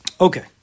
Okay